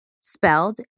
spelled